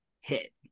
hit